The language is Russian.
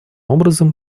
образом